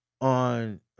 on